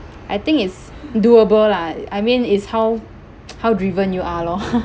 I think it's doable lah I mean is how how driven you are lor